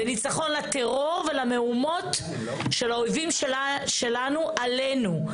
לטרור ולמהומות של האויבים שלנו עלינו.